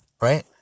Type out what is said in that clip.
right